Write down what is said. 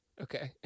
Okay